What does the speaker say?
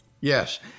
Yes